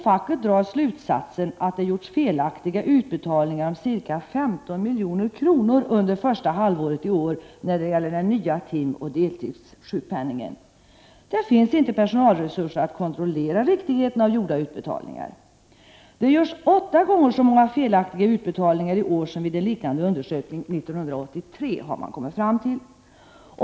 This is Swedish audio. Facket drar slutsatsen att det gjorts felaktiga utbetalningar om ca 15 milj.kr. under första halvåret i år när det gäller den nya timoch deltidssjukpenningen. Det finns Prot. 1988/89:38 inte personalresurser att kontrollera riktigheten av gjorda utbetalningar. 5 december 1988 Man har genom undersökningar konstaterat att det görs åtta gånger så många felaktiga utbetalningar i år som 1983.